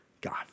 God